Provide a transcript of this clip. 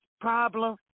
problem